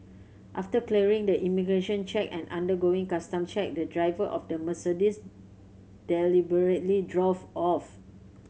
after clearing the immigration check and undergoing custom check the driver of the Mercedes deliberately drove off